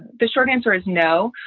the short answer is no.